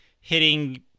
hitting